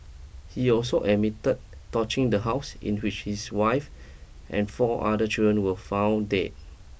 he also admitted torching the house in which his wife and four other children were found dead